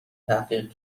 تحقیق